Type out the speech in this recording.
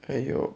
!aiyo!